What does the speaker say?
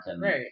Right